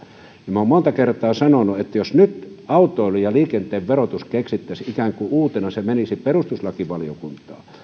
monta kertaa sanonut että jos nyt autoilun ja liikenteen verotus keksittäisiin ikään kuin uutena se menisi perustuslakivaliokuntaan